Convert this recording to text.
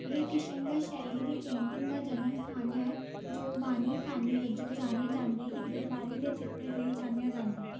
ਇਹ ਕਿਸ਼ਨਗੜ੍ਹ ਸ਼ੈਲੀ ਦੀ ਪੇਂਟਿੰਗ ਦਾ ਜਨਮ ਸਥਾਨ ਹੈ ਜੋ ਬਾਨੀ ਥਾਨੀ ਵਜੋਂ ਜਾਣੇ ਜਾਂਦੇ ਇੱਕ ਦਰਬਾਰੀ ਦੇ ਚਿੱਤਰ ਲਈ ਜਾਣਿਆ ਜਾਂਦਾ ਹੈ